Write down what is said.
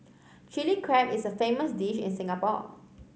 Chilli Crab is a famous dish in Singapore